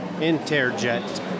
Interjet